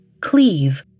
cleave